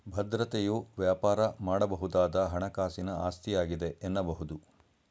ಭದ್ರತೆಯು ವ್ಯಾಪಾರ ಮಾಡಬಹುದಾದ ಹಣಕಾಸಿನ ಆಸ್ತಿಯಾಗಿದೆ ಎನ್ನಬಹುದು